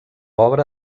obra